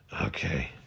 Okay